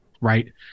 right